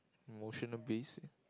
emotional based